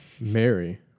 Mary